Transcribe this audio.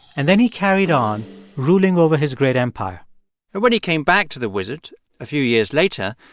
and then he carried on ruling over his great empire and when he came back to the wizard a few years later,